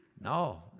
No